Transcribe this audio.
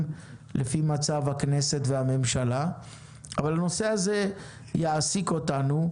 לפי מצב הכנסת והממשלה אבל הנושא הזה יעסיק אותנו,